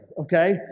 okay